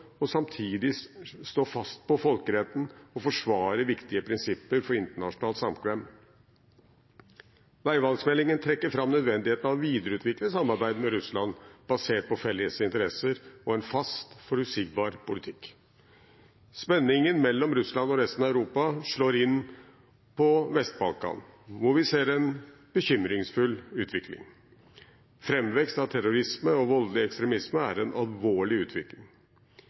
og samtidig stå fast på folkeretten og forsvare viktige prinsipper for internasjonalt samkvem. Veivalgsmeldingen trekker fram nødvendigheten av å videreutvikle samarbeidet med Russland basert på felles interesser og en fast, forutsigbar politikk. Spenningen mellom Russland og resten av Europa slår inn på Vest-Balkan, hvor vi ser en bekymringsfull utvikling. Framvekst av terrorisme og voldelig ekstremisme er en alvorlig utvikling.